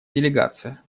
делегация